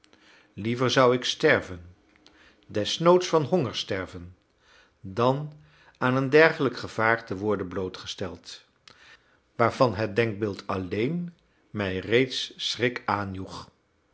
liever zou ik sterven desnoods van honger sterven dan aan een dergelijk gevaar te worden blootgesteld waarvan het denkbeeld alleen mij reeds schrik aanjoeg